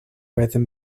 weather